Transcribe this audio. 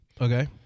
Okay